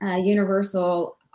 Universal